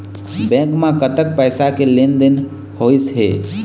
Bank म कतक पैसा के लेन देन होइस हे?